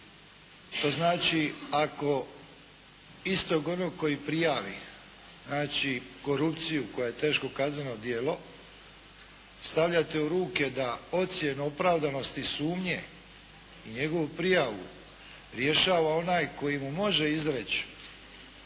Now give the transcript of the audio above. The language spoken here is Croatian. To znači, ako istog onog koji prijavi, znači korupciju koja je teško kazneno djelo stavljate u ruke da ocjenu opravdanosti sumnje i njegovu prijavu rješava onaj koji mu može izreći